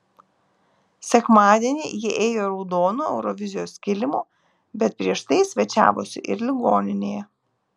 sekmadienį jie ėjo raudonu eurovizijos kilimu bet prieš tai svečiavosi ir ligoninėje